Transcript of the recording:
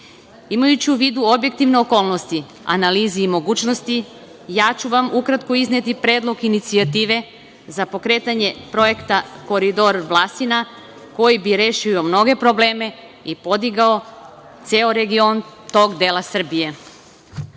u vidu objektivne okolnosti, analize i mogućnosti, ja ću vam ukratko izneti predlog inicijative za pokretanje projekta Koridor Vlasina koji bi rešio mnoge probleme i podigao ceo region tog dela